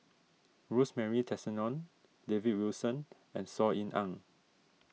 Rosemary Tessensohn David Wilson and Saw Ean Ang